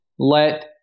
let